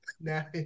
Now